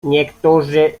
niektórzy